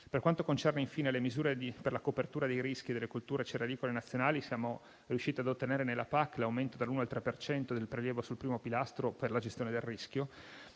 Per quanto concerne, infine, le misure per la copertura dei rischi delle colture cerealicole nazionali, siamo riusciti a ottenere nella PAC l'aumento dall'1 al 3 per cento del prelievo sul primo pilastro per la gestione del rischio.